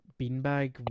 beanbag